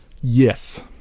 Yes